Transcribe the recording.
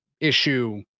issue